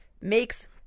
makes